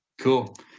Cool